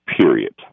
period